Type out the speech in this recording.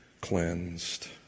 cleansed